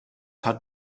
hat